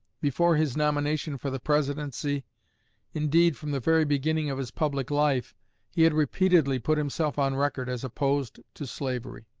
before his nomination for the presidency indeed, from the very beginning of his public life he had repeatedly put himself on record as opposed to slavery,